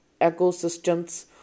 ecosystems